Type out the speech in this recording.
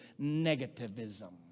Negativism